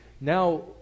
now